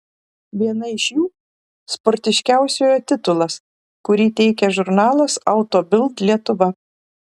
viena iš jų sportiškiausiojo titulas kurį teikia žurnalas auto bild lietuva